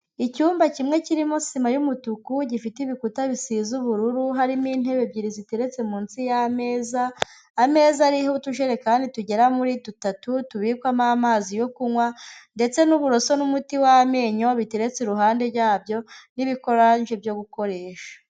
Icyumba kimwe kirimo sima y'umutuku gifite ibikuta bisize ubururu, harimo intebe ebyiri ziteretse munsi y'ameza, ameza ariho utujerekani tugera muri dutatu tubikwamo amazi yo kunywa ndetse n'uburoso n'umuti w'amenyo biteretse iruhande ryabyo n'ibikoranje byo gukoresha.